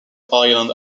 island